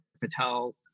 Patel